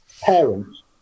parents